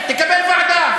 תאיים, תקבל ועדה.